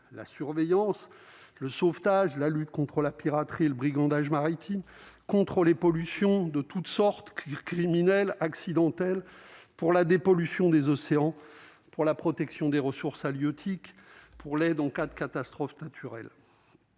la surveillance le sauvetage, la lutte contre la piraterie le brigandage maritime contre les pollutions de toutes sortes, cuir criminelle, accidentelle pour la dépollution des océans pour la protection des ressources halieutiques pour l'est donc à de catastrophe naturelle.